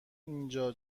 اینجا